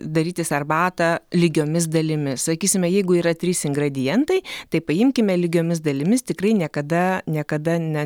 darytis arbatą lygiomis dalimis sakysime jeigu yra trys ingredientai tai paimkime lygiomis dalimis tikrai niekada niekada ne